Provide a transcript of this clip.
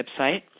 website